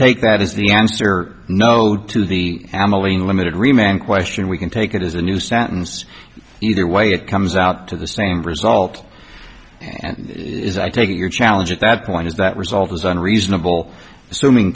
take that as the answer no to the family limited remaining question we can take it as a new sentence either way it comes out to the same result and i take it your challenge at that point is that result is unreasonable assuming